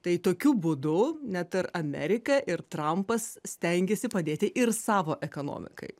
tai tokiu būdu net ir amerika ir trampas stengiasi padėti ir savo ekonomikai